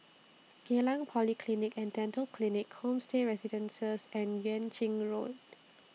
Geylang Polyclinic and Dental Clinic Homestay Residences and Yuan Ching Road